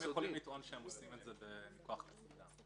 הם יכולים לטעון שהם עושים את זה מכוח תפקידם.